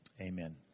amen